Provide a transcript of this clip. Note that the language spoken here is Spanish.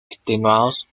extenuados